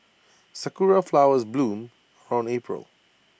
Sakura Flowers bloom around April